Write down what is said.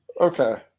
Okay